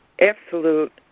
absolute